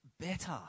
better